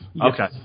okay